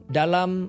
dalam